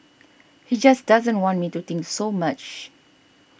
he just doesn't want me to think so much